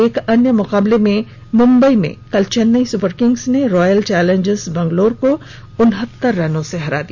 एक अन्य मुकाबले में मुंबई में कल चेन्नई सुपर किंग्स ने रॉयल चैलेंजर्स बैंगलौर को उनहत्तर रन से हराया